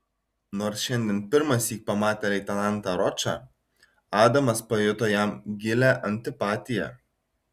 nors šiandien pirmąsyk pamatė leitenantą ročą adamas pajuto jam gilią antipatiją